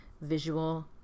visual